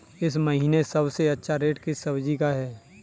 इस महीने सबसे अच्छा रेट किस सब्जी का है?